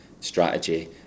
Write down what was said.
strategy